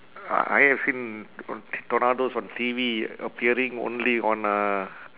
I I have seen t~ tornadoes on T_V appearing only on uh